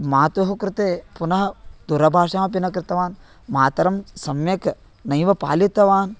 मातुः कृते पुनः दूरभाषामपि न कृतवान् मातरं सम्यक् नैव पालितवान्